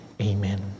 Amen